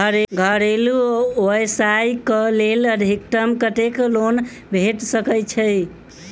घरेलू व्यवसाय कऽ लेल अधिकतम कत्तेक लोन भेट सकय छई?